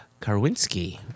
Karwinski